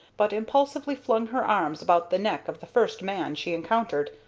but impulsively flung her arms about the neck of the first man she encountered,